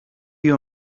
you